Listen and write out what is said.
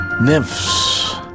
Nymphs